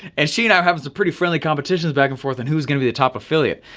and she and i have it's a pretty friendly competition is back and forth and who's gonna be the top affiliate?